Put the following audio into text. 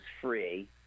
Free